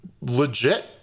legit